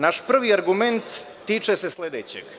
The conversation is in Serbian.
Naš prvi argument tiče se sledećeg.